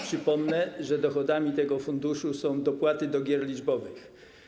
Przypomnę, że dochodami tego funduszu są dopłaty do gier liczbowych.